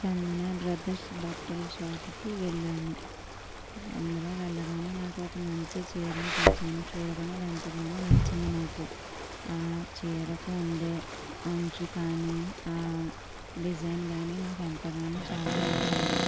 చందన brothers బట్టల షాప్కి వెళ్ళాను అందులో వెళ్ళగానే నాకు ఒక మంచి చీరని చూశాను చూడగానే అది ఎంతగానో నచ్చింది నాకు ఆ చీరకు ఉండే అంచు కానీ ఆ డిజైన్ కానీ నాకు ఎంతగానో చాలా నచ్చింది